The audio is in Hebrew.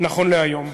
נכון להיום: